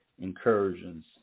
incursions